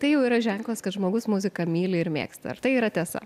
tai jau yra ženklas kad žmogus muziką myli ir mėgsta ar tai yra tiesa